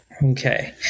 okay